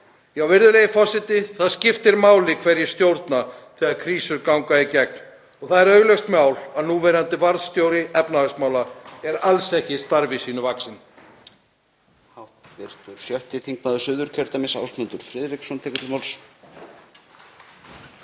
Virðulegi forseti. Það skiptir máli hverjir stjórna þegar krísur ganga í gegn og það er augljóst mál að núverandi varðstjóri efnahagsmála er alls ekki starfi sínu vaxinn.